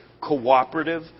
cooperative